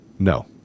No